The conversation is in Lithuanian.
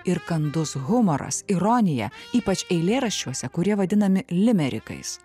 ir kandus humoras ironija ypač eilėraščiuose kurie vadinami limerikais